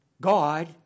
God